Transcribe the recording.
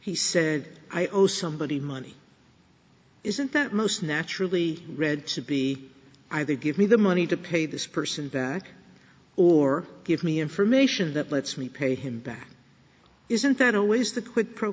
he said i owe somebody money isn't that most naturally read to be either give me the money to pay this person back or give me information that lets me pay him back isn't that always the quid pro